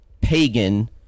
pagan